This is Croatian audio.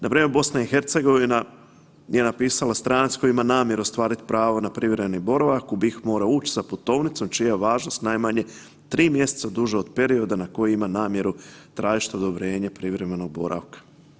Npr. BiH je napisala stranac koji ima namjeru ostvarit pravo na privremeni boravak u BiH mora ući sa putovnicom čija je važnost najmanje 3 mjeseca duže od perioda na koji ima namjeru tražiti odobrenje privremenog boravka.